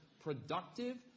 productive